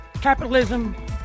Capitalism